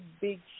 big